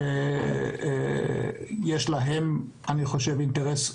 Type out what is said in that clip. ויש אינטרס משותף.